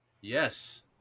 Yes